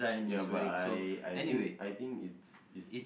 ya but I I think I think it's is